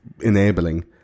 enabling